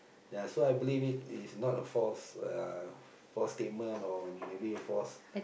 ya so I believe it is not a false uh false statement or maybe a false